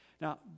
Now